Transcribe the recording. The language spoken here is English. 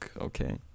okay